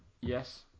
Yes